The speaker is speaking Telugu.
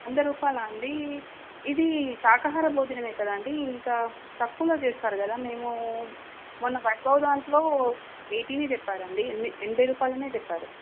వంద రూపాయలా అండి ఇది శాకాహార భోజనమే కదాండి ఇంకా తక్కువలో చేస్తారు కదా మేము మొన్న వైభవ దాంట్లో ఎయిటీనే చెప్పారండి ఎ ఎనభై రూపాయలనే చెప్పారు